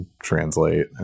translate